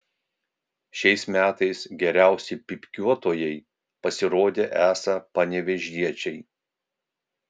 šiais metais geriausi pypkiuotojai pasirodė esą panevėžiečiai